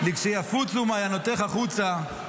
"לכשיפוצו מעיינותיך חוצה",